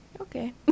okay